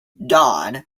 don